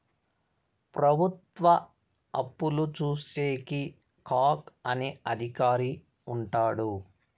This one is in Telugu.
ప్రభుత్వ అప్పులు చూసేకి కాగ్ అనే అధికారి ఉంటాడు